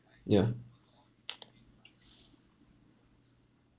yeah